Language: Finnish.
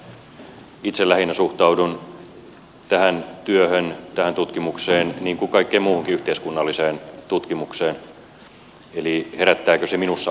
itse lähinnä suhtaudun tähän työhön tähän tutkimukseen niin kuin kaikkeen muuhunkin yhteiskunnalliseen tutkimukseen eli herättääkö se minussa ajatuksia